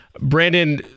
brandon